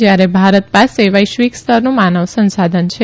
જ્યારે ભારત પાસે વૈશ્વિક સ્તરનું માનવ સંશાધન છે